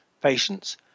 patients